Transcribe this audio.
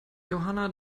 johanna